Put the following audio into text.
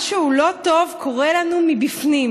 משהו לא טוב קורה לנו מבפנים.